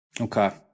Okay